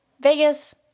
Vegas